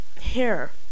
hair